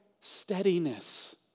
steadiness